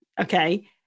Okay